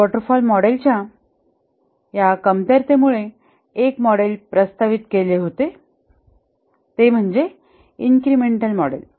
water fall मॉडेलच्या या कमतरतेमुळे एक मॉडेल प्रस्तावित केले होते ते म्हणजे इन्क्रिमेंटल मॉडेल